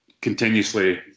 continuously